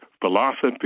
philosophy